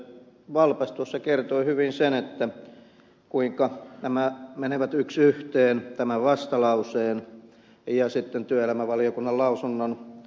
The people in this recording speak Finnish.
valpas tuossa kertoi hyvin sen kuinka nämä menevät yksi yhteen tämän vastalauseen ja sitten työelämävaliokunnan lausunnon sisältö